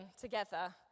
together